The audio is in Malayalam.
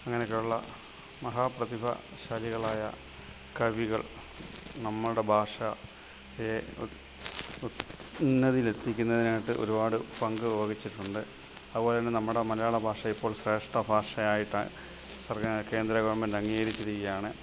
അങ്ങനെയൊക്കെയുള്ള മഹാപ്രതിഭാശാലികളായ കവികൾ നമ്മുടെ ഭാഷ ഏഹ് ഉന്നതയിൽ എത്തിക്കുതിനായിട്ട് ഒരുപാട് പങ്ക് വഹിച്ചിട്ടുണ്ട് അതുപോലെതന്നെ നമ്മുടെ മലയാള ഭാഷയിപ്പോൾ ശ്രേഷ്ഠഭാഷയായിട്ട് സർക്കാർ കേന്ദ്ര ഗവൺമെൻ്റ് അംഗീകരിച്ചിരിക്കിയാണ്